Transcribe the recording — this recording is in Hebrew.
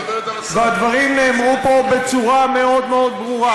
והדברים נאמרו פה בצורה מאוד מאוד ברורה.